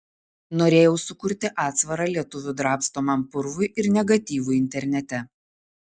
norėjau sukurti atsvarą lietuvių drabstomam purvui ir negatyvui internete